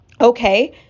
Okay